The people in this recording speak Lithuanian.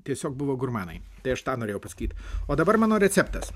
tiesiog buvo gurmanai tai aš tą norėjau pasakyt o dabar mano receptas